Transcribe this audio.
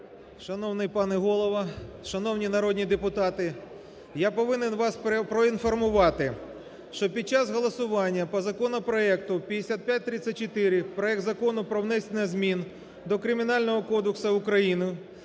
Шановний пане Голово, шановні народні депутати, я повинен вас проінформувати, що під час голосування по законопроекту (5534) проект Закону про внесення змін до Кримінального кодексу України